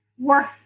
work